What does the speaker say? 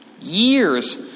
years